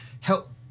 help